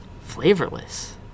flavorless